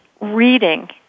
reading